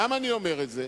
למה אני אומר את זה?